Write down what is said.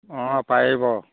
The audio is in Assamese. অঁ পাৰিব